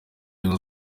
rayon